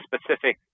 specific